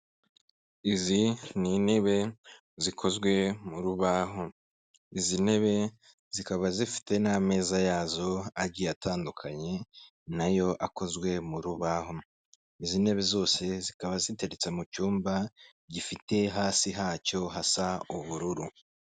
Izi ni intebe zikozwe mu rubaho, izi ntebe zikaba zifite n'amezaza yazo agiye atandukanye nayo akozwe mu rubaho, izi ntebe zose zikaba ziteretse mu cyumba gifite hasi hacyo hasa ubururu.